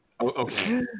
okay